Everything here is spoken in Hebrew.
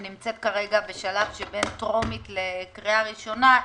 שנמצאת כרגע בשלב שבין טרומית לבין קריאה ראשונה,